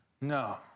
no